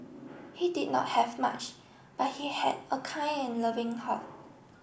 he did not have much but he had a kind and loving heart